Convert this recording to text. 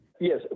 Yes